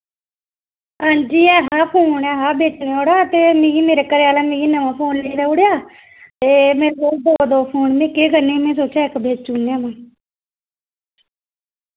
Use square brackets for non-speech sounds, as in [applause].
हांजी ऐहा फोन ऐहा बेचने ओड़ा ते मिगी मेरे घरे आह्लें मिगी नमां फोन लेई देई ओड़ेआ ते में [unintelligible] दो दो फोन में केह् करने में सोचेआ इक बेची ओड़ने महां